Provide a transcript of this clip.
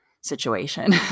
situation